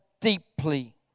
deeply